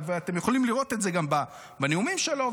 ואתם יכולים לראות את זה גם בנאומים שלו,